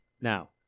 Now